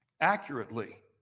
accurately